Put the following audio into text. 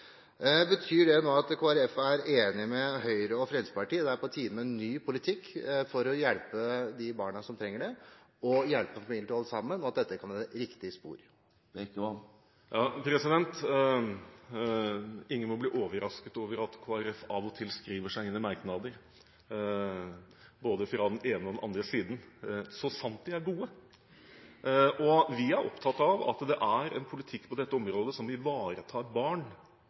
Betyr dette at Kristelig Folkeparti nå er enig med Høyre og Fremskrittspartiet i at det er på tide med en ny politikk for å hjelpe de barna som trenger det, og hjelpe familier til å holde sammen, og at dette kan være riktig spor? Ingen må bli overrasket over at Kristelig Folkeparti av og til skriver seg inn i merknader – både fra den ene og den andre siden – så sant de er gode. Vi er opptatt av at det er en politikk på dette området som ivaretar barn